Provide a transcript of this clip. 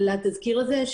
טליה אגמון,